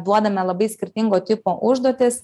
duodame labai skirtingo tipo užduotis